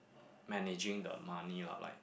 managing the money lah like